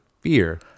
fear